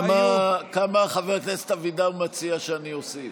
כמה חבר הכנסת אבידר מציע שאני אוסיף?